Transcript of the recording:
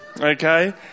okay